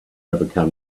overcome